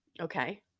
Okay